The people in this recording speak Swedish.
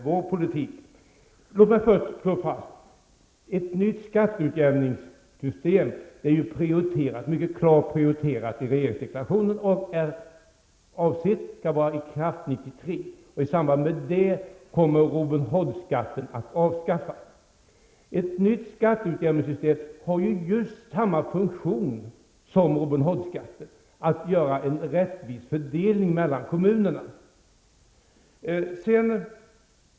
Låt mig slå fast att ett nytt skatteutjämningssystem är mycket klart prioriterat i regeringsdeklarationen och avsett att vara i kraft 1993. I samband med det kommer Robin Hood-skatten att avskaffas. Ett nytt skatteutjämningssystem har just samma funktion som Robin Hood-skatten, dvs. att göra en rättvis fördelning mellan kommunerna.